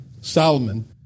Solomon